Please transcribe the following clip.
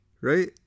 right